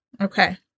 Okay